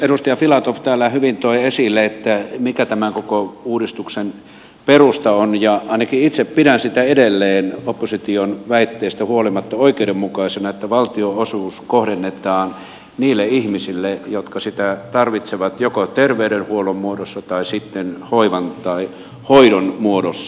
edustaja filatov täällä hyvin toi esille mikä tämän koko uudistuksen perusta on ja ainakin itse pidän edelleen opposition väitteestä huolimatta oikeudenmukaisena että valtionosuus kohdennetaan niille ihmisille jotka sitä tarvitsevat joko terveydenhuollon muodossa tai sitten hoivan tai hoidon muodossa